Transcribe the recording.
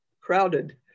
crowded